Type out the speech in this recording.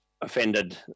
offended